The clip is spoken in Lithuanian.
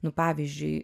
nu pavyzdžiui